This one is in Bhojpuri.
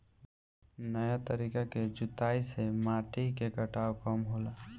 नया तरीका के जुताई से माटी के कटाव कम होला